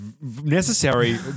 necessary